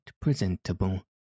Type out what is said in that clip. presentable